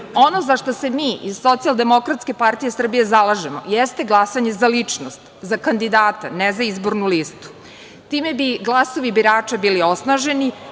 Ono zašta se mi iz SDPS zalažemo jeste glasanje za ličnost, za kandidata, ne za izbornu listu. Time bi glasovi birača bili osnaženi,